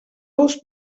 ous